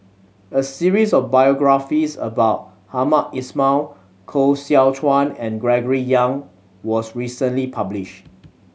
a series of biographies about Hamed Ismail Koh Seow Chuan and Gregory Yong was recently publish